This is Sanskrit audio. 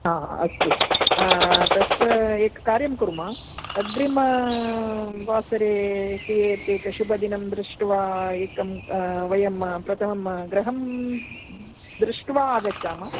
आ अस्तु तस्य एकं कार्यं कुर्मः अग्रिमवासरे कियते शुभदिनं दृष्ट्वा एकं वयं प्रथमं गृहं दृष्ट्वा आगच्चाम